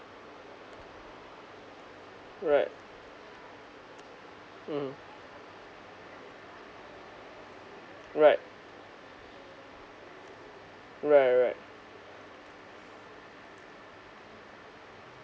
right mmhmm right right right right